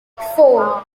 four